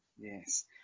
Yes